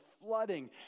flooding